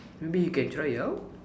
maybe you can try it out